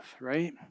right